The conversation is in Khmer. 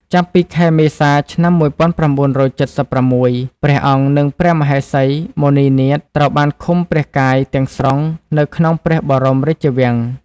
ចាប់ពីខែមេសា ឆ្នាំ១៩៧៦ ព្រះអង្គ និងព្រះមហេសី មុនីនាថ ត្រូវបានឃុំព្រះកាយទាំងស្រុងនៅក្នុងព្រះបរមរាជវាំង។